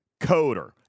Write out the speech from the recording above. coder